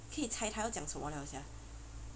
可以猜他要讲什么了:ke yi cai ta yao jiang shen me liao sia